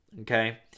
Okay